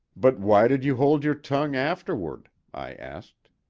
but why did you hold your tongue afterward? i asked.